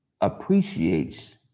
appreciates